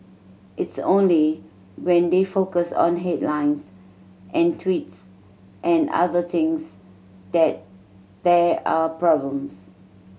it's only when they focus on headlines and tweets and other things that there are problems